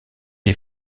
est